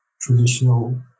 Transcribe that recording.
traditional